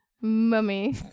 Mummy